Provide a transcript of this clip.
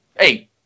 Hey